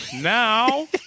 now